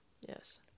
Yes